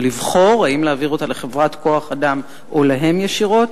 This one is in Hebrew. ולבחור אם להעביר אותה לחברת כוח-אדם או להם ישירות.